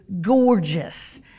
gorgeous